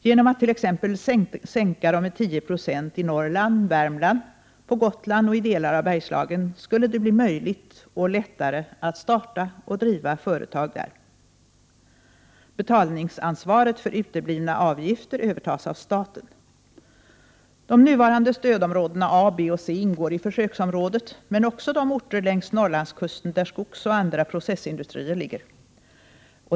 Genom en sänkning av dessa med 10 26 i Norrland, i Värmland, på Gotland och i delar av Bergslagen skulle det bli möjligt att lättare starta och driva företag. Betalningsansvaret för uteblivna avgifter övertas av staten. De nuvarande stödområdena A, B och C ingår i försöksområdet, men också de orter längs Norrlandskusten där skogsoch andra processindustrier ligger.